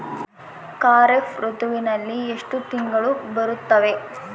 ಖಾರೇಫ್ ಋತುವಿನಲ್ಲಿ ಎಷ್ಟು ತಿಂಗಳು ಬರುತ್ತವೆ?